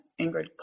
Ingrid